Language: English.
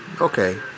Okay